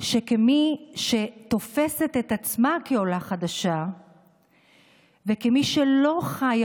כמי שתופסת את עצמה כעולה חדשה וכמי שלא חיה